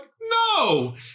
no